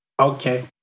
Okay